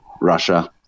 Russia